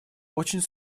очень